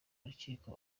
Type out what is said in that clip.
y’urukiko